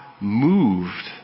moved